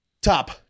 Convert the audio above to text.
Top